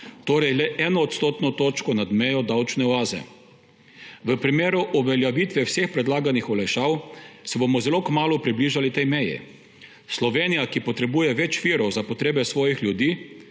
Torej le eno odstotno točko nad mejo davčne oaze. V primeru uveljavitve vseh predlaganih olajšav se bomo zelo kmalu približali tej meji. Slovenija, ki potrebuje več virov za potrebe svojih ljudi,